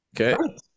okay